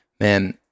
Man